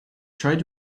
tried